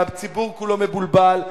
והציבור כולו מבולבל,